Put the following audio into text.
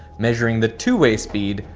measuring the two way speed,